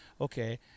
okay